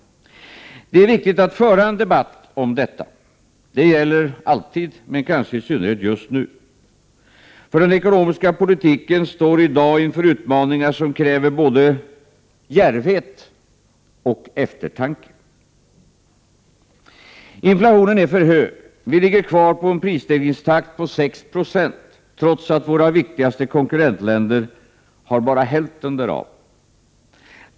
Det är viktigt att föra en debatt om detta. Det gäller alltid, men kanske i synnerhet just nu. Den ekonomiska politiken står i dag inför utmaningar som kräver både djärvhet och eftertanke. - Inflationen är för hög. Vi har fortfarande en prisstegringstakt på 6 96, trots att våra viktigaste konkurrentländer har bara hälften därav.